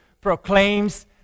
proclaims